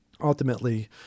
ultimately